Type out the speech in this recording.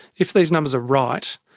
if these numbers are right,